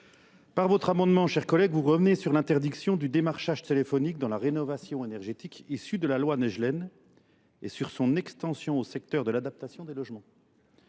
Par votre amendement, chers collègues, vous revenez sur l'interdiction du démarchage téléphonique dans la rénovation énergétique issue de la loi Nijlène et sur son extension au secteur de l'adaptation des logements.